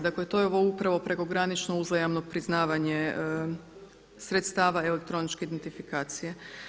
Dakle to je ovo upravo prekogranično uzajamno priznavanje sredstava elektroničke identifikacije.